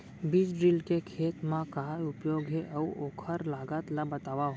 बीज ड्रिल के खेत मा का उपयोग हे, अऊ ओखर लागत ला बतावव?